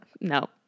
no